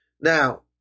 Now